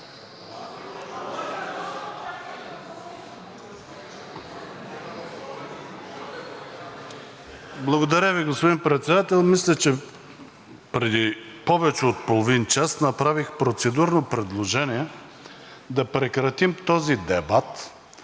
Благодаря Ви, господин Председател. Мисля, че преди повече от половин час направих процедурно предложение да прекратим този дебат,